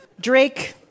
Drake